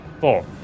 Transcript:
Four